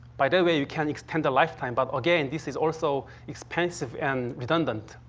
by that way, we can extend the lifetime, but again, this is also expensive and redundant.